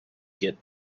get